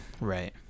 Right